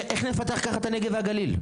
איך נפתח כך את הנגב והגליל?